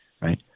Right